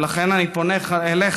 ולכן אני פונה אליך,